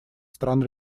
стран